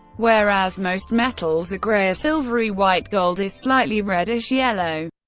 whereas most metals are gray or silvery white, gold is slightly reddish-yellow.